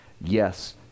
Yes